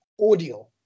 audio